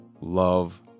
love